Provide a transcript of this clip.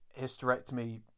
hysterectomy